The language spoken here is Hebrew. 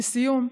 לסיום,